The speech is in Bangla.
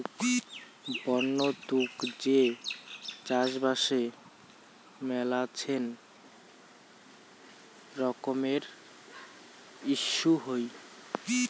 বন্য তুক যে চাষবাসে মেলাছেন রকমের ইস্যু হই